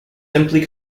simply